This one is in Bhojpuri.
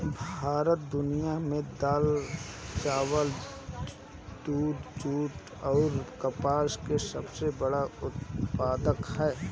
भारत दुनिया में दाल चावल दूध जूट आउर कपास का सबसे बड़ा उत्पादक ह